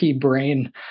brain